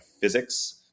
physics